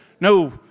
No